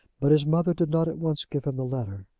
but his mother did not at once give him the letter.